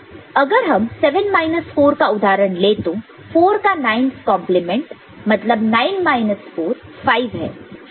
अगर हम 7 माइनस 4 का उदाहरण ले तो 4 का 9's कॉन्प्लीमेंट 9's complement मतलब 9 4 5 है